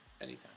anytime